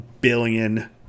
billion